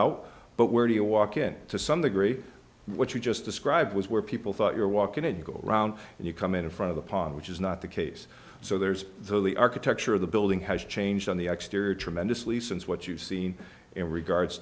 out but where do you walk in to some degree what you just described was where people thought you're walking and you go around and you come in front of the pond which is not the case so there's the architecture of the building has changed on the exterior tremendously since what you've seen in regards